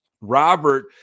Robert